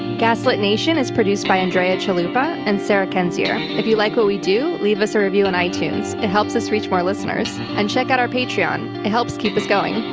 gaslit nation is produced by andrea chalupa and sarah kendzior. if you like what we do, leave us a review and on itunes. it helps us reach more listeners. and check out our patreon. it helps keep us going.